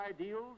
ideals